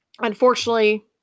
Unfortunately